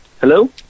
Hello